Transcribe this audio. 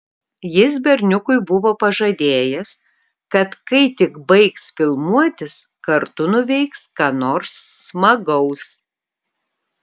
jis berniukui buvo pažadėjęs kad kai tik baigs filmuotis kartu nuveiks ką nors smagaus